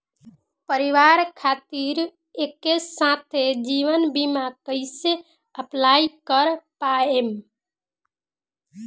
परिवार खातिर एके साथे जीवन बीमा कैसे अप्लाई कर पाएम?